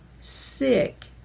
sick